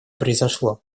произошло